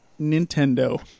Nintendo